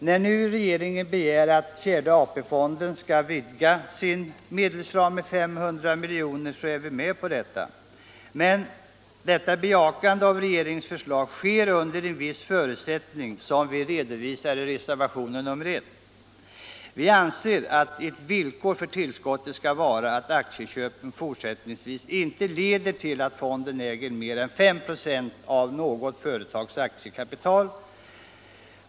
När nu regeringen begär att fjärde AP-fonden skall få vidga sin medelsram till 500 milj.kr. är vi med på detta. Men detta bejakande av regeringens förslag sker under en viss förutsättning, som vi redovisar i reservationen 1 vid näringsutskottets betänkande. Vi anser att ett villkor för tillskottet skall vara att aktieköpen fortsättningsvis inte leder till att fonden äger mer än 5 26 av något företags aktiekapital.